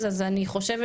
אז אני חושבת